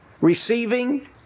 receiving